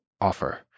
offer